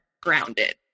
grounded